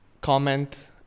comment